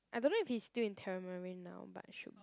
I don't know if he's still in tamarind now but should